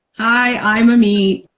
i'm ameet